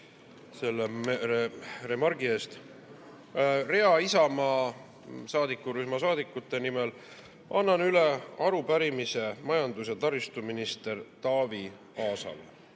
selle remargi eest! Rea Isamaa saadikurühma liikmete nimel annan üle arupärimise majandus- ja taristuminister Taavi Aasale.